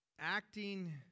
acting